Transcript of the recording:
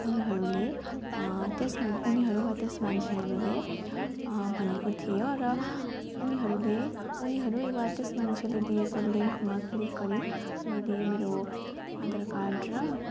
उनीहरूले त्यसमा उनीहरू वा त्यस मान्छेहरूले भनेको थियो र उनीहरूले उनीहरू वा त्यस मान्छेले दिएको त्यस लिङ्कमा क्लिक गरे मैले मेरो आधार कार्ड र